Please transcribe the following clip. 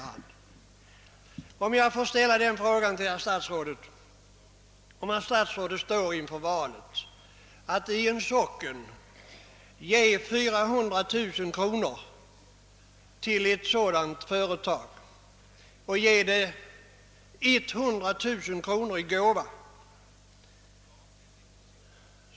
Hur skulle statsrådet handla om det gällde att i en socken ge 400 000 kronor till ett sådant företag, varav 100000 i gåva?